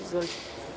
Izvolite.